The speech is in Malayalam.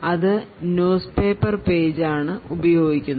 അത് ന്യൂസ് പേപ്പർ പേജ് ആണ് ഉപയോഗിക്കുന്നത്